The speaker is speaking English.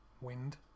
wind